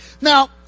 Now